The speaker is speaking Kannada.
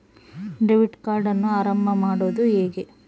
ಡೆಬಿಟ್ ಕಾರ್ಡನ್ನು ಆರಂಭ ಮಾಡೋದು ಹೇಗೆ?